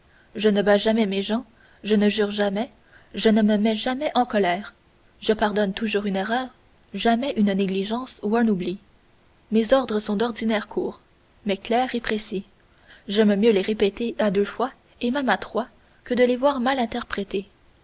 je ne bats jamais mes gens je ne jure jamais je ne me mets jamais en colère je pardonne toujours une erreur jamais une négligence ou un oubli mes ordres sont d'ordinaire courts mais clairs et précis j'aime mieux les répéter à deux fois et même à trois que de les voir mal interprétés